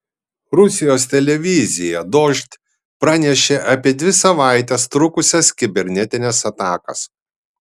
rusijos televizija dožd pranešė apie dvi savaites trukusias kibernetines atakas